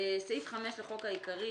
סעיף 5 לחוק העיקרי